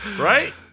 right